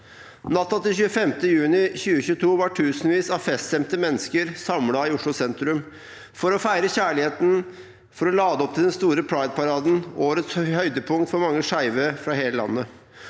Natt til 25. juni 2022 var tusenvis av feststemte mennesker samlet i Oslo sentrum – for å feire kjærligheten og for å lade opp til den store prideparaden, årets høydepunkt for mange skeive fra hele landet.